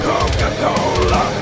Coca-Cola